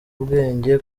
ubwenge